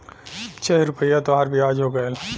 छह रुपइया तोहार बियाज हो गएल